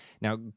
Now